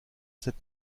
sept